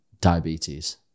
diabetes